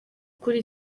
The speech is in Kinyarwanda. kuri